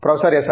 professor S